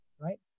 right